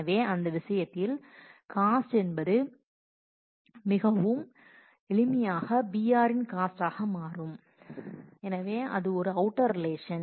எனவே அந்த விஷயத்தில் காஸ்ட் என்பது மிகவும் எளிமையாக br இன் காஸ்ட் ஆக மாறும் அது ஒரு அவுட்டர் ரிலேஷன்